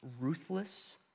ruthless